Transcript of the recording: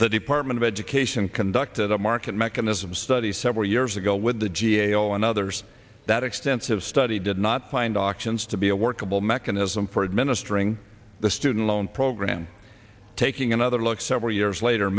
the department of education conducted a market mechanism study several years ago with the g a o and others that extensive study did not find auctions to be a workable mechanism for administering the student loan program taking another look several years later